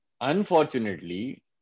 unfortunately